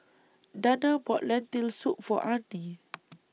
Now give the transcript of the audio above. Danna bought Lentil Soup For Arnie